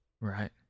right